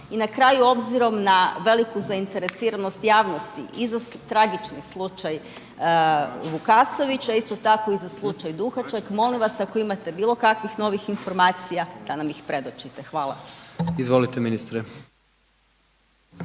I na kraju obzirom na veliku zainteresiranost javnosti i za tragični slučaj Vukasović, a isto tako i za slučaj Duhaček molim vas ako imate bilo kakvih novih informacija da nam ih predočite. Hvala. **Jandroković,